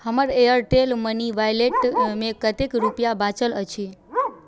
हमर एयरटेल मनी वैलेटमे कतेक रुपैआ बाँचल अछि